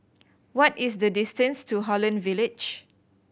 what is the distance to Holland Village